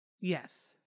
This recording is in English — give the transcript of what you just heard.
yes